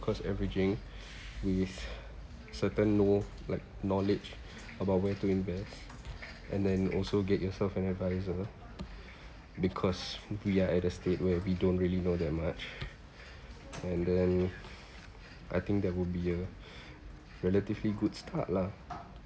cost averaging with certain know like knowledge about where to invest and then also get yourself an advisor because we are at a state where we don't really know that much and then I think that would be a relatively good start lah